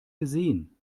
gesehen